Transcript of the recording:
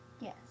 Yes